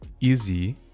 easy